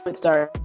but start,